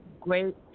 great